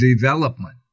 development